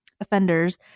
offenders